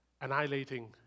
annihilating